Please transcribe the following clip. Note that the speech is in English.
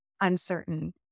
uncertain